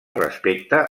respecte